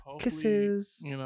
Kisses